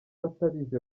batabizi